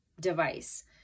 device